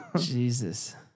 Jesus